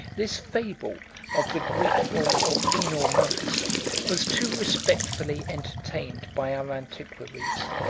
this fable of the grateful or venal monks was too respectfully entertained by our antiquaries,